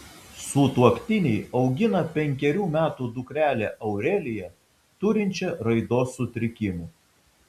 sutuoktiniai augina penkerių metų dukrelę aureliją turinčią raidos sutrikimų